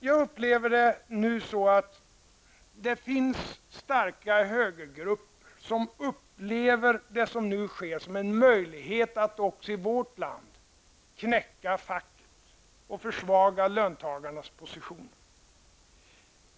Jag upplever det så att det finns starka högergrupper som ser i det som nu sker en möjlighet att också i vårt land knäcka facken och försvaga löntagarnas position.